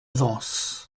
vence